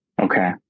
Okay